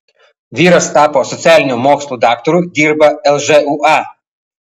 vyras tapo socialinių mokslų daktaru dirba lžūa